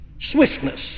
swiftness